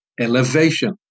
elevation